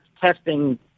Testing